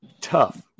tough